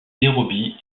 nairobi